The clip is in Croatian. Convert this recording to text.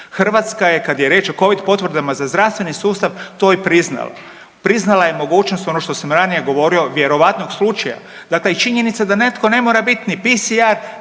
Hrvatska je kada je riječ o covid potvrdama za zdravstveni sustav to i priznala, priznala je mogućnost ono što sam ranije govorio, vjerovatnog slučaja. Dakle i činjenica da netko ne mora bit ni PCR